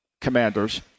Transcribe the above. commanders